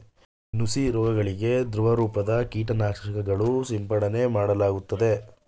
ನುಸಿ ರೋಗಗಳಿಗೆ ದ್ರವರೂಪದ ಕೀಟನಾಶಕಗಳು ಸಿಂಪಡನೆ ಮಾಡಲಾಗುತ್ತದೆ